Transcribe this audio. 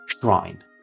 shrine